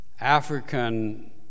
African